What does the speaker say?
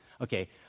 Okay